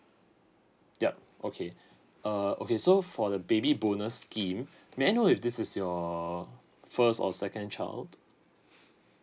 yup okay err okay so for the baby bonus scheme may I know if this is your first or second child